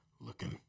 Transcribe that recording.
Looking